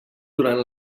durant